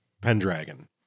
Pendragon